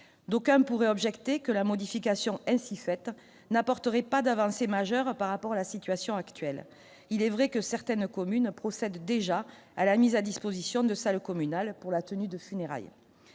d'aucuns pourraient objecter que la modification ainsi faite n'apporterait pas d'avancée majeure par rapport à la situation actuelle, il est vrai que certaines communes procèdent déjà à la mise à disposition de salles communales pour la tenue de funérailles,